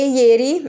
ieri